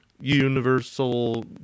Universal